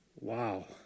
wow